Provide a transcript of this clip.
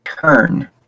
turn